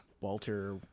Walter